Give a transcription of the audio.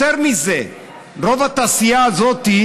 יותר מזה, רוב התעשייה הזאת,